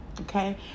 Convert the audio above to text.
Okay